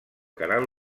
canal